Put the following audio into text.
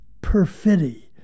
perfidy